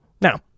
Now